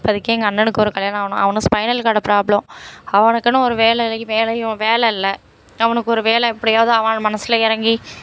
இப்போதிக்கி எங்கள் அண்ணனுக்கு ஒரு கல்யாணம் ஆகணும் அவனும் ஸ்பைனல் கார்டு ப்ராப்ளம் அவனுக்குன்னு ஒரு வேலை இ வேலையும் வேலை இல்லை அவனுக்கு ஒரு வேலை எப்படியாவது அவன் மனசில் இறங்கி